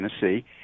tennessee